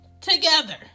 together